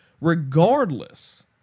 regardless